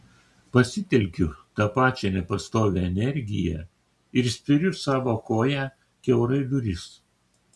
pasitelkiu tą pačią nepastovią energiją ir spiriu savo koja kiaurai duris